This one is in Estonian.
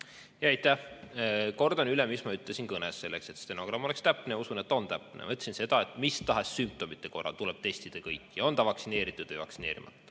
Jah, aitäh! Kordan üle, mis ma ütlesin kõnes, selleks et stenogramm oleks täpne, ja usun, et ta on täpne. Ma ütlesin seda, et mis tahes sümptomite korral tuleb testida kõiki, on nad vaktsineeritud või vaktsineerimata.